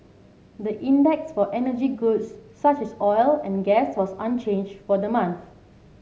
the index for energy goods such as oil and gas was unchanged for the month